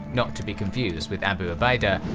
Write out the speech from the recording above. not to be confused with abu ubaidah,